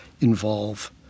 involve